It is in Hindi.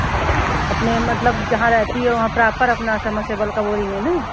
अच्छा अपने मतलब जहाँ रहती हो वहाँ प्रॉपर अपना समरसेबल की बोरिंग है ना